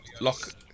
Lock